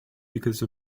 because